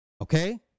Okay